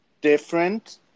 different